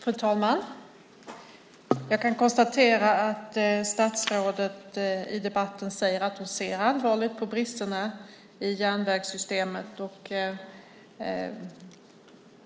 Fru talman! Jag kan konstatera att statsrådet i debatten säger att hon ser allvarligt på bristerna i järnvägssystemet.